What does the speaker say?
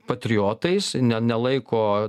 patriotais nenelaiko